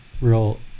real